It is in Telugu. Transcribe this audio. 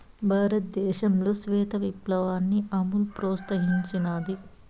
భారతదేశంలో శ్వేత విప్లవాన్ని అమూల్ ప్రోత్సహించినాది